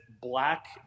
black